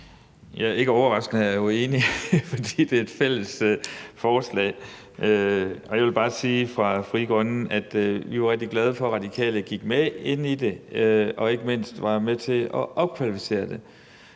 (FG): Ikke overraskende er jeg jo enig, for det er et fælles forslag. Jeg vil bare sige fra Frie Grønnes side, at vi var rigtig glade for, at Radikale gik med ind i det og ikke mindst var med til at opkvalificere det.